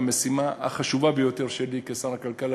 את המשימה החשובה שלי כשר הכלכלה,